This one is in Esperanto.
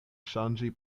ŝanĝi